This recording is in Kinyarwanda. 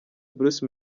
bruce